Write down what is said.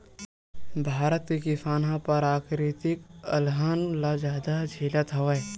भारत के किसान ह पराकिरितिक अलहन ल जादा झेलत हवय